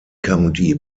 county